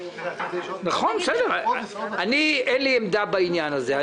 --- אני, אין לי עמדה בעניין הזה.